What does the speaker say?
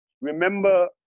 remember